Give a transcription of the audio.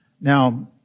Now